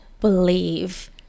believe